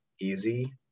easy